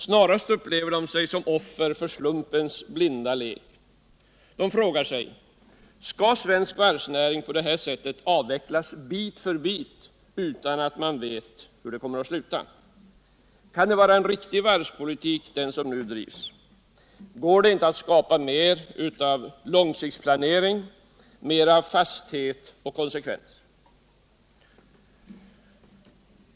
Snarast upplever de sig som offer för slumpens blinda lek, och de frågar sig: Skall svensk varvsnäring på detta sätt avvecklas bit för bit, utan att man vet var det skall sluta? Kan det vara riktig varvspolitik som nu drivs? Går det inte att skapa mer av långsiktig planering, mer av fasthet och konsekvens?